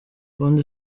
ubundi